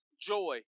joy